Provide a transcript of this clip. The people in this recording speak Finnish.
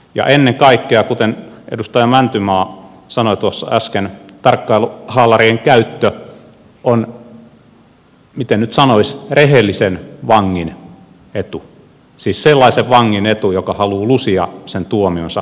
ja ennen kaikkea kuten edustaja mäntymaa sanoi tuossa äsken tarkkailuhaalarien käyttö on miten nyt sanoisi rehellisen vangin etu siis sellaisen vangin etu joka haluaa lusia sen tuomionsa rauhassa